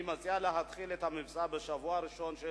אני מציע להתחיל את המבצע בשבוע הראשון של